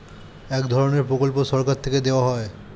এক ধরনের প্রকল্প সরকার থেকে দেওয়া হয়